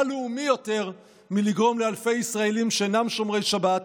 מה לאומי יותר מלגרום לאלפי ישראלים שאינם שומרי שבת